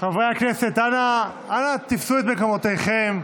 חברי הכנסת, אנא, תפסו את מקומותיכם.